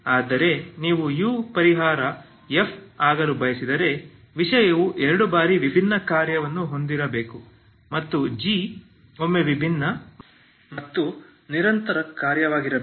ಆದರೆ ನೀವು u ಪರಿಹಾರ f ಆಗಲು ಬಯಸಿದರೆ ವಿಷಯವು ಎರಡು ಬಾರಿ ವಿಭಿನ್ನ ಕಾರ್ಯವನ್ನು ಹೊಂದಿರಬೇಕು ಮತ್ತು g ಒಮ್ಮೆ ವಿಭಿನ್ನ ಮತ್ತು ನಿರಂತರ ಕಾರ್ಯವಾಗಿರಬೇಕು